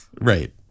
Right